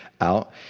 out